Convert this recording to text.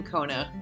Kona